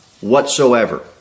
whatsoever